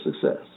success